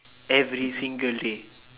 every single day